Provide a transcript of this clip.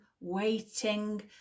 waiting